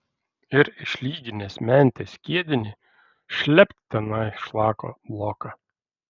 ir išlyginęs mente skiedinį šlept tenai šlako bloką